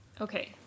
Okay